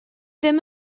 ddim